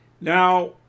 Now